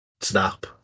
snap